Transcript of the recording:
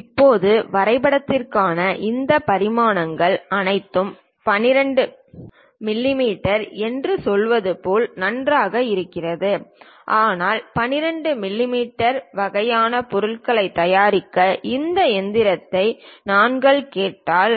இப்போது வரைபடத்திற்கான இந்த பரிமாணங்கள் அனைத்தும் 12 மிமீ என்று சொல்வது போல் நன்றாக இருக்கிறது ஆனால் 12 மிமீ வகையான பொருளைத் தயாரிக்க ஒரு இயந்திரத்தை நாங்கள் கேட்டால்